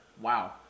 Wow